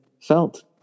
felt